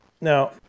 Now